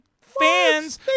fans